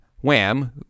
wham—